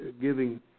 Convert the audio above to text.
giving